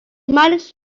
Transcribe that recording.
manage